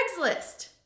Craigslist